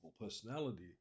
personality